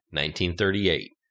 1938